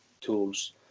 tools